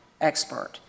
expert